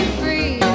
free